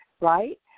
right